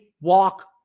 walk